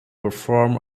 perform